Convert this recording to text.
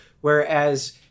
Whereas